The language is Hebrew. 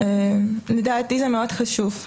לדעתי זה מאוד חשוב.